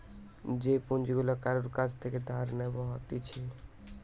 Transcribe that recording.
যে পুঁজি গুলা কারুর কাছ থেকে ধার নেব হতিছে